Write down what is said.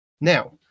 Now